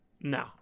No